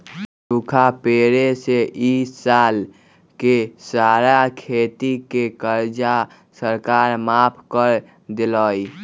सूखा पड़े से ई साल के सारा खेती के कर्जा सरकार माफ कर देलई